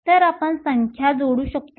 तर आपण फक्त संख्या जोडू शकतो